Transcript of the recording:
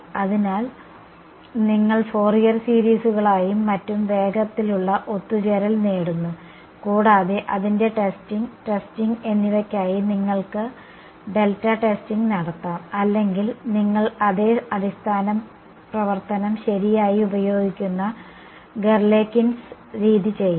അതിനാൽ നിങ്ങൾ ഫോറിയർ സീരീസുകളുമായും മറ്റും വേഗത്തിലുള്ള ഒത്തുചേരൽ നേടുന്നു കൂടാതെ അതിന്റെ ടെസ്റ്റിംഗ് ടെസ്റ്റിംഗ് എന്നിവയ്ക്കായി നിങ്ങൾക്ക് ഡെൽറ്റ ടെസ്റ്റിംഗ് നടത്താം അല്ലെങ്കിൽ നിങ്ങൾ അതേ അടിസ്ഥാന പ്രവർത്തനം ശരിയായി ഉപയോഗിക്കുന്ന ഗലേർകിൻസ് രീതി ചെയ്യാം